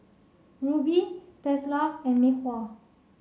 Rubi Tesla and Mei Hua